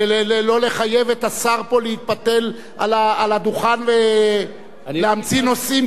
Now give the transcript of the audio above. את השר פה להתפתל על הדוכן ולהמציא נושאים כדי לדבר עליהם?